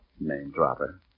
name-dropper